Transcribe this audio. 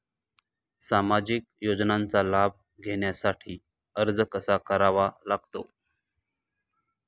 सामाजिक योजनांचा लाभ घेण्यासाठी अर्ज कसा करावा लागतो?